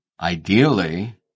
ideally